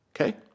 Okay